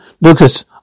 Lucas